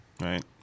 right